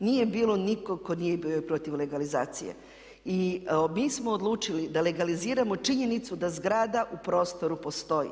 Nije bilo nikog tko nije bio protiv legalizacije. I mi smo odlučili da legaliziramo činjenicu da zgrada u prostoru postoji.